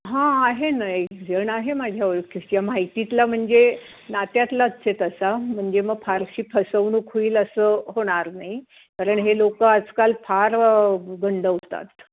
हां आहे ना एकजण आहे माझ्या ओळखीच्या माहितीतला म्हणजे नात्यातलाच आहे तसा म्हणजे मग फारशी फसवणूक होईल असं होणार नाही कारण हे लोकं आजकाल फार व गंडवतात